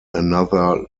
another